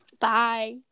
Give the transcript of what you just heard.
Bye